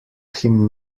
him